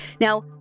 Now